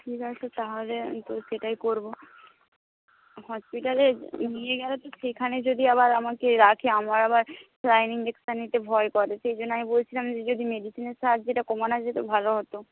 ঠিক আছে তাহলে তো সেটাই করবো হসপিটালে নিয়ে গেলে তো সেখানে যদি আবার আমাকে রাখে আমার আবার স্যালাইন ইঞ্জেকশন নিতে ভয় করে সেই জন্য আমি বলছিলাম যে যদি মেডিসিনের সাহায্যে এটা কমানো যেতো ভালো হতো